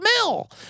Mill